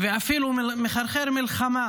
ואפילו מחרחר מלחמה